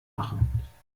machen